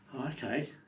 okay